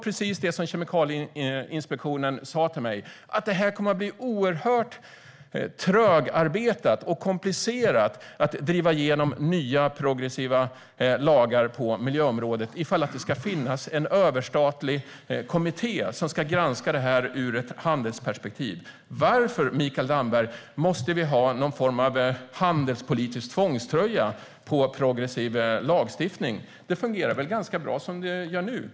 Precis som Kemikalieinspektionen sa till mig kommer det att bli oerhört trögarbetat och komplicerat att driva igenom nya progressiva lagar på miljöområdet om det ska finnas en överstatlig kommitté som ska granska detta ur ett handelsperspektiv. Varför, Mikael Damberg, måste vi ha någon form av handelspolitisk tvångströja på progressiv lagstiftning? Det fungerar väl ganska bra som det gör nu.